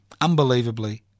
Unbelievably